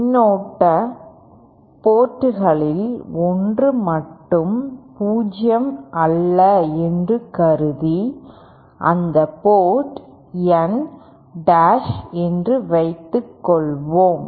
மின்னோட்ட போர்ட்களில் ஒன்று மட்டுமே 0 அல்ல என்று கருதி அந்த போர்ட் N டாஷ் என்று வைத்துக்கொள்வோம்